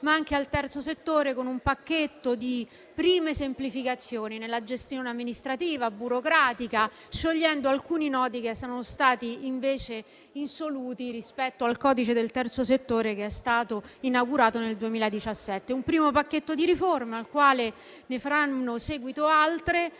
ma anche al Terzo settore, con un pacchetto di prime semplificazioni, nella gestione amministrativa e burocratica, sciogliendo alcuni nodi che sono rimasti insoluti rispetto al codice del Terzo settore che è stato inaugurato nel 2017. È un primo pacchetto di riforma al quale faranno seguito altri,